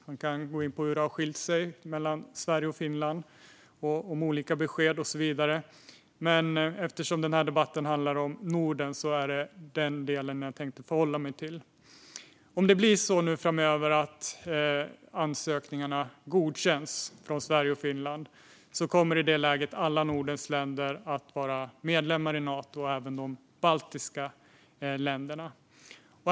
Man kan gå in på hur det har skilt sig åt mellan Sverige och Finland, om olika besked och så vidare. Men eftersom denna debatt handlar om Norden är det den delen som jag tänker förhålla mig till. Om ansökningarna från Sverige och Finland godkänns kommer alla Nordens länder i det läget att vara medlemmar i Nato, även de baltiska länderna.